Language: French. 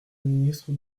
ministre